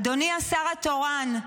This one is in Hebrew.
אדוני השר התורן,